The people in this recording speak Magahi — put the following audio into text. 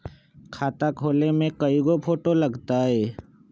खाता खोले में कइगो फ़ोटो लगतै?